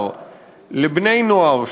מעצר לבני-נוער,